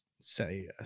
say